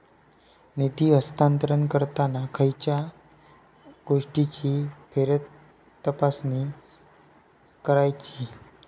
निधी हस्तांतरण करताना खयच्या गोष्टींची फेरतपासणी करायची?